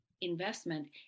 investment